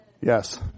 yes